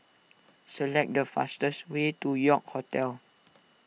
select the fastest way to York Hotel